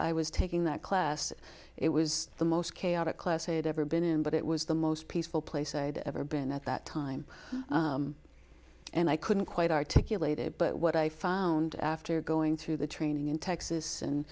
i was taking that class it was the most chaotic class had ever been in but it was the most peaceful place i'd ever been at that time and i couldn't quite articulate it but what i found after going through the training in texas and